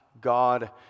God